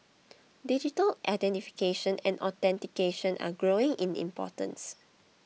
digital identification and authentication are growing in importance